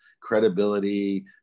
credibility